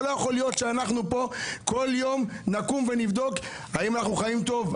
אבל לא יכול להיות שאנחנו פה כל יום נקום ונבדוק האם אנחנו חיים טוב,